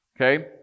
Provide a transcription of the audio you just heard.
Okay